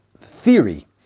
theory